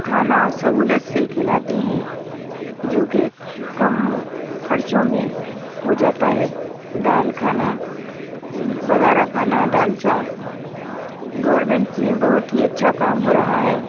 کھانا سہولت سے کھلاتے ہیں جو کہ کم خرچوں میں ہو جاتا ہے دال کھانا بگھارا کھانا دالچا گورنمنٹ میں بہت ہی اَچھّا کام ہورہا ہے